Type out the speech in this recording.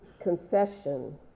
confession